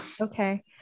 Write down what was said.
Okay